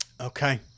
Okay